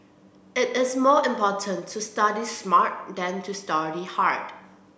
it is more important to study smart than to study hard